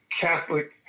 Catholic